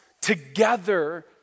together